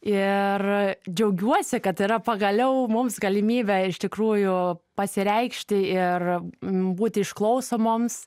ir džiaugiuosi kad yra pagaliau mums galimybė iš tikrųjų pasireikšti ir būti išklausomoms